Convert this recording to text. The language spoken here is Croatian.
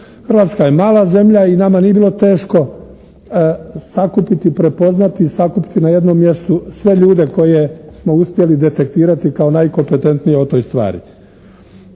Hrvatska je mala zemlja i nama nije bilo teško sakupiti i prepoznati, sakupiti na jednom mjestu sve ljude koje smo uspjeli detektirati kao najkompetentnije o toj stvari.